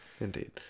Indeed